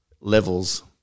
levels